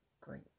great